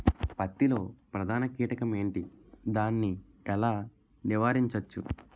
పత్తి లో ప్రధాన కీటకం ఎంటి? దాని ఎలా నీవారించచ్చు?